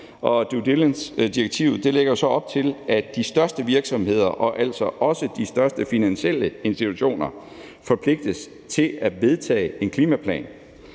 due diligence-direktivet lægger op til, at de største virksomheder og altså også de største finansielle institutioner forpligtes til at vedtage en klimaplan